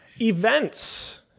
Events